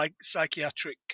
psychiatric